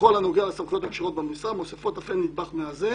בכל הנוגע לסמכויות הקשורות במשרה מוסיפות אף הן נדבך מאזן"